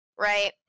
right